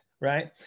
right